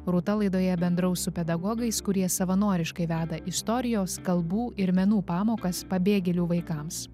rūta laidoje bendraus su pedagogais kurie savanoriškai veda istorijos kalbų ir menų pamokas pabėgėlių vaikams